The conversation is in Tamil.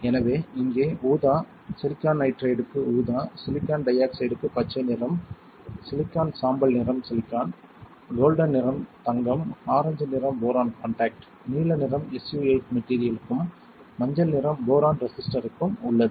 எனவே இங்கே ஊதா சிலிக்கான் நைட்ரைடுக்கு ஊதா சிலிக்கான் டை ஆக்சைடுக்கு பச்சை நிறம் சிலிக்கான் சாம்பல் நிறம் சிலிக்கான் கோல்டன் நிறம் தங்கம் ஆரஞ்சு நிறம் போரான் காண்டாக்ட் நீல நிறம் SU 8 மெட்டீரியலுக்கும் மஞ்சள் நிறம் போரான் ரெசிஸ்டருக்கும் உள்ளது